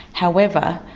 however,